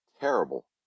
terrible